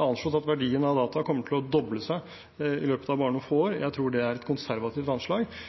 anslått at verdien av data kommer til å doble seg i løpet av bare noen få år. Jeg tror det er et konservativt anslag.